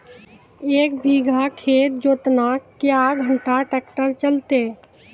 एक बीघा खेत जोतना क्या घंटा ट्रैक्टर चलते?